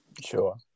Sure